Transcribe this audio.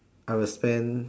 I will spend